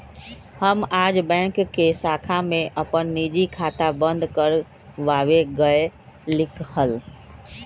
हम आज बैंक के शाखा में अपन निजी खाता बंद कर वावे गय लीक हल